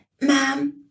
Mom